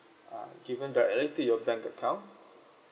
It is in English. uh given directly to your bank account